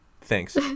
thanks